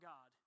God